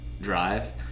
drive